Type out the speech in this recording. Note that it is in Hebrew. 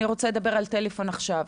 אני רוצה לדבר על טלפון עכשיו.